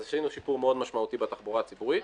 אז עשינו שיפור מאוד משמעותי בתחבורה הציבורית.